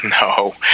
no